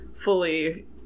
Fully